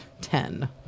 ten